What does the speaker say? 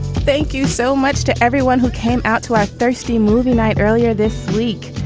thank you so much to everyone who came out to our thirsty movie night earlier this week.